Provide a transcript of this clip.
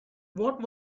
what